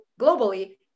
globally